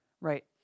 right